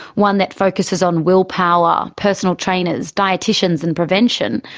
one that focusses on willpower, personal trainers, dieticians and prevention,